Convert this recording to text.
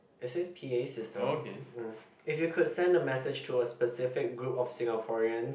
they say P_A system mm if you could send the message to a specific group of Singaporean